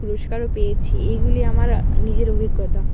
পুরস্কারও পেয়েছি এইগুলি আমার নিজের অভিজ্ঞতা